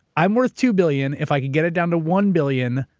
i'm worth two billion, if i could get it down to one billion,